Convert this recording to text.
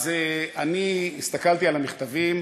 אז אני הסתכלתי על המכתבים,